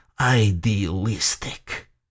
idealistic